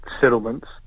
settlements